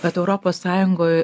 bet europos sąjungoj